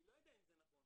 אני לא יודע אם זה נכון,